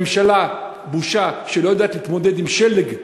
ממשלה, בושה, שלא יודעת להתמודד עם שלג,